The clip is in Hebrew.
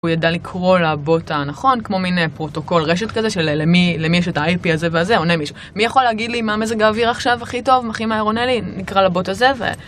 הוא ידע לקרוא לבוט הנכון, כמו מיני פרוטוקול רשת כזה של למי יש את ה-IP הזה וזה, עונה מישהו. מי יכול להגיד לי מה המזג האוויר עכשיו הכי טוב, הכי מהר עונה לי, נקרא לבוט הזה ו...